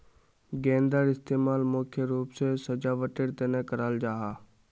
गेंदार इस्तेमाल मुख्य रूप से सजावटेर तने कराल जाहा